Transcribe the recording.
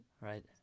right